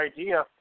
idea